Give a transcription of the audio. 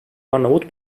arnavut